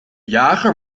jager